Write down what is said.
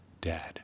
Dad